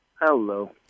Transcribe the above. Hello